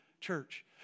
church